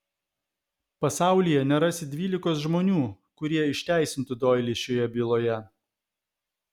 pasaulyje nerasi dvylikos žmonių kurie išteisintų doilį šioje byloje